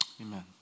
amen